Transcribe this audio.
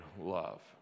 love